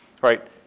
right